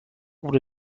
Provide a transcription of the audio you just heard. wurde